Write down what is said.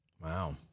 Wow